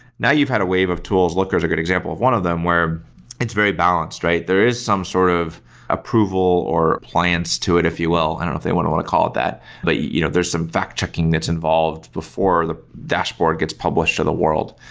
now you've had a wave of tools, looker is a good example of one of them, where it's very balanced. there is some sort of approval or plans to it if you will. i don't know if they want want to call it that, but you know there's some fact checking that's involved before the dashboard gets published to the world,